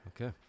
okay